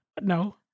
No